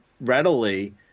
readily